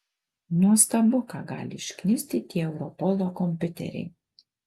nuostabu ką gali išknisti tie europolo kompiuteriai